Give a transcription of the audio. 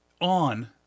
on